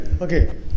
okay